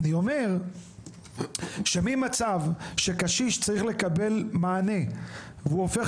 אני אומר שממצב שקשיש צריך לקבל מענה והוא הופך